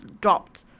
dropped